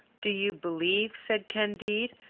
do you believe, said candide,